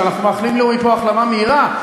שאנחנו מאחלים לו מפה החלמה מהירה.